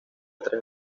tres